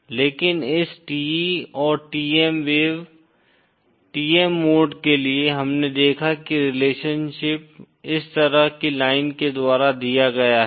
लेकिन इस TE और TM वेव TM मोड के लिए हमने देखा कि रिलेशनशिप इस तरह की लाइन के द्वारा दिया गया है